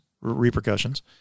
repercussions